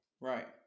Right